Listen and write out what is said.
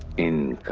in